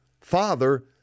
Father